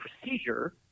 procedure